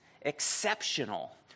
exceptional